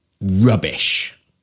rubbish